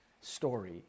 story